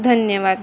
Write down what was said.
धन्यवाद